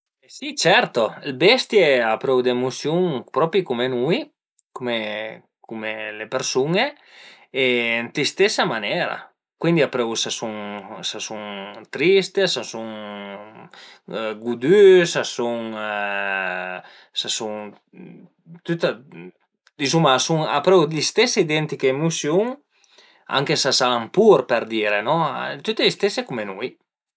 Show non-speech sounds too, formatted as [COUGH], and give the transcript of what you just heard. E si certo le bestie a prövu d'emusiun propi cume nui, cume cume le persun-e e ën la stesa manera cuindi a prövu s'as sun s'a sun tristi, s'a sun gudü, s'a sun [HESITATION] s'a sun tüta dizuma a prövu le stese identiche emusiun anche s'a l'an pur për dire tüte le stese cume nui